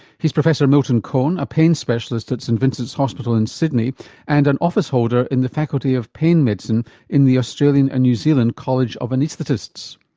he's professor milton cohen, a pain specialist at st vincent's hospital in sydney and an office holder in the faculty of pain medicine and in the australian and new zealand college of anaesthetists.